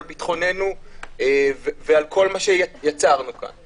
על ביטחוננו ועל כל מה שיצרנו כאן.